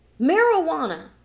Marijuana